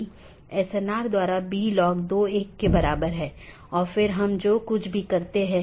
यह हर BGP कार्यान्वयन के लिए आवश्यक नहीं है कि इस प्रकार की विशेषता को पहचानें